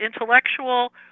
intellectual